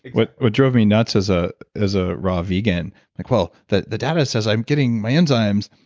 what what drove me nuts as ah as a raw vegan like, well the the data says i'm getting my enzymes,